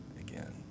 again